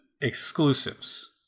exclusives